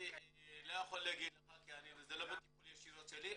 אני לא יכול להגיד לך כי זה לא ישירות בטיפול שלי.